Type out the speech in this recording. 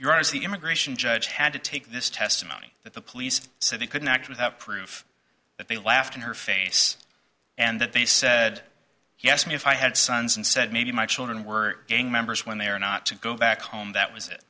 as the immigration judge had to take this testimony that the police said they couldn't act without proof that they laughed in her face and that they said yes me if i had sons and said maybe my children were gang members when they are not to go back home that was it